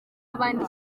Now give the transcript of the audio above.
abandi